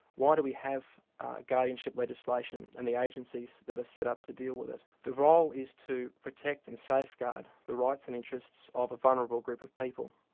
why do we have guardianship legislation and the agencies that are set up to deal with it? the role is to protect and safeguard the rights and interests of a vulnerable group of people,